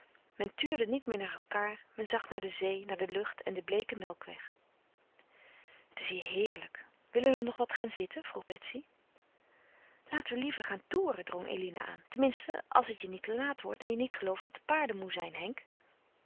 tuurde niet meer naar elkaâr men zag naar de zee naar de lucht en den bleeken melkweg het is hier heerlijk willen we nog wat gaan zitten vroeg betsy laten we liever gaan toeren drong eline aan tenminste als het je niet te laat wordt en je niet gelooft dat de paarden moê zijn henk